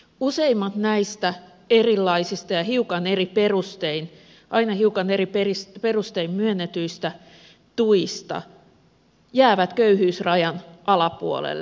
useimmat näistä erilaisista ja aina hiukan eri perustein myönnetyistä tuista jäävät köyhyysrajan alapuolelle